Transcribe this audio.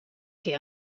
que